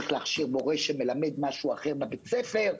צריך להכשיר מורה שמלמד משהו אחר בבית ספר.